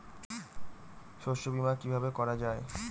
শস্য বীমা কিভাবে করা যায়?